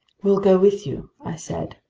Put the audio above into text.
we'll go with you, i said.